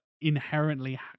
inherently